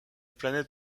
planète